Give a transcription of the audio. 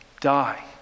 die